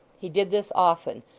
he did this often,